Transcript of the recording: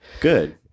Good